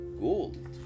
gold